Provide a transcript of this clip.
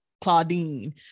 claudine